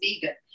vegan